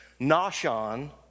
Nashon